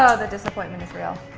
ah the disappointment is real.